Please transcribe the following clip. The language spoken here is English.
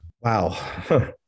Wow